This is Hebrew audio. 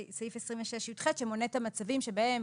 סעיף 26יח שמונה את המצבים בהם